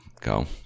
go